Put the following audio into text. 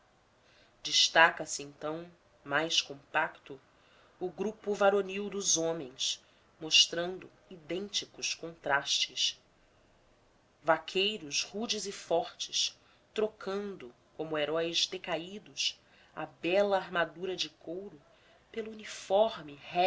destaca se então mais compacto o grupo varonil dos homens mostrando idênticos contrastes vaqueiros rudes e fortes trocando como heróis decaídos a bela armadura de couro pelo uniforme